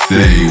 Say